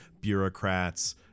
bureaucrats